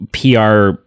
PR